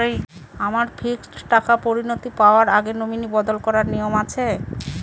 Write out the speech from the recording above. আমার ফিক্সড টাকা পরিনতি পাওয়ার আগে নমিনি বদল করার নিয়ম আছে?